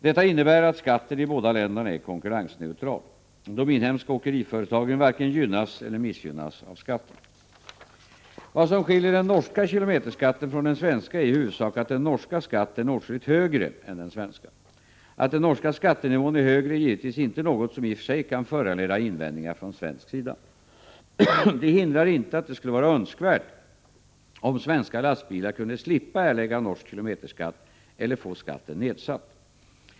Detta innebär att skatten i båda länderna är konkurrensneutral. De inhemska åkeriföretagen varken gynnas eller missgynnas av skatten. Vad som skiljer den norska kilometerskatten från den svenska är i huvudsak att den norska skatten är åtskilligt högre än den svenska. Att den norska skattenivån är högre är givetvis inte något som i och för sig kan föranleda invändningar från svensk sida. Det hindrar inte att det skulle vara önskvärt om svenska lastbilar kunde slippa erlägga norsk kilometerskatt, eller få skatten nedsatt.